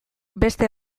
beste